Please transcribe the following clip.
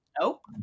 Nope